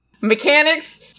mechanics